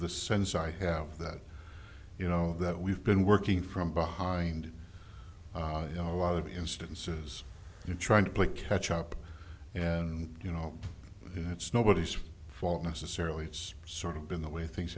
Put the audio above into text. the sense i have that you know that we've been working from behind you know a lot of instances you're trying to play catch up and you know it's nobody's fault necessarily it's sort of been the way things